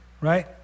Right